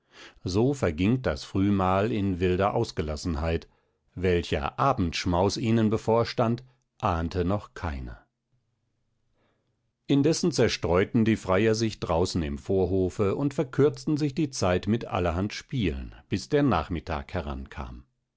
so verging das frühmahl in wilder ausgelassenheit welcher abendschmaus ihnen bevorstand ahnte noch keiner indessen zerstreuten die freier sich draußen im vorhofe und verkürzten sich die zeit mit allerhand spielen bis der nachmittag herankam